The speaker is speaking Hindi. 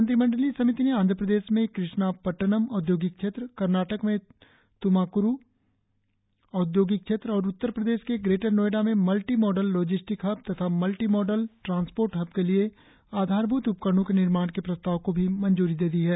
मंत्रिमंडलीय समिति ने आंध्र प्रदेश में कृष्णा पट्टनम औद्योगिक क्षेत्र कर्नाटक में त्माक्रू औद्योगिक क्षेत्र और उत्तर प्रदेश के ग्रेटर नोएडा में मल्टी मॉडल लॉजिस्टिक्स हब तथा मल्टीमॉडल ट्रांसपोर्ट हब के लिए आधारभूत उपकरणों के निर्माण के प्रस्ताव को भी मंजूरी दे दी है